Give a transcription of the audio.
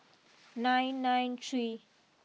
nine nine three